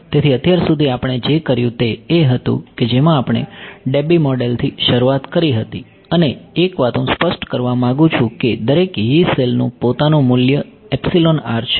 તેથી અત્યાર સુધી આપણે જે કર્યું તે એ હતું કે જેમાં આપણે Debye મોડલથી શરૂઆત કરી હતી અને એક વાત હું સ્પષ્ટ કરવા માંગુ છું કે દરેક Yee સેલનું પોતાનું મૂલ્ય છે